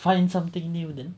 find something new then